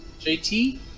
JT